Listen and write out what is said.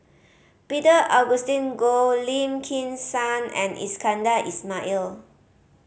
Peter Augustine Goh Lim Kim San and Iskandar Ismail